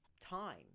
time